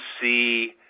see